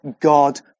God